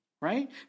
Right